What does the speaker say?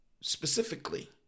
specifically